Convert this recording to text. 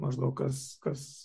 maždaug kas kas